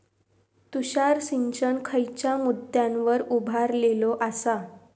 तुषार सिंचन खयच्या मुद्द्यांवर उभारलेलो आसा?